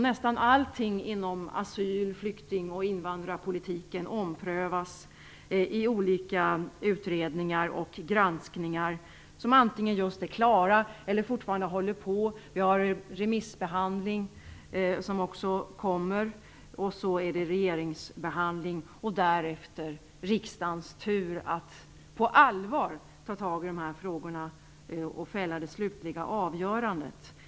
Nästan allting inom asyl , flykting och invandrarpolitik omprövas i olika utredningar och granskningar som antingen just är klara eller fortfarande pågår. Sedan kommer remissbehandlingen, regeringens behandling och därefter är det riksdagens tur att ta itu med frågorna och fälla det slutgiltiga avgörandet.